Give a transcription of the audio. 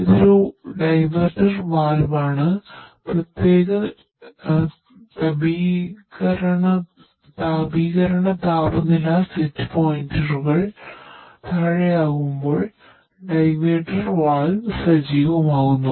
ഇതൊരു diverter valve സജീവമാകുന്നു